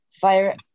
fire